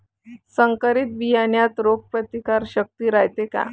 संकरित बियान्यात रोग प्रतिकारशक्ती रायते का?